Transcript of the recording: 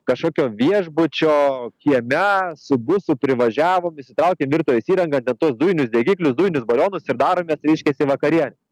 kažkokio viešbučio kieme su busu privažiavom išsitraukėm virtuvės įrangą net tuos dujinius degiklius dujinius balionus ir daromės reiškiasi vakarienę